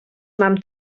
mam